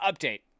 Update